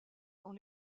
quand